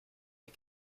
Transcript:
des